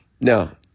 Now